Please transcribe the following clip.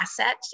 asset